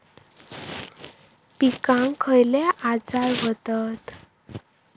पिकांक खयले आजार व्हतत?